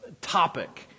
topic